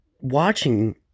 watching